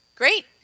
Great